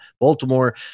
Baltimore